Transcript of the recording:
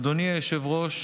אדוני היושב-ראש,